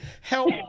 help